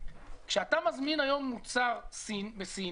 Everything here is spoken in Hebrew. כשאתה מזמין היום מוצר מסין,